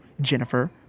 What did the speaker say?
Jennifer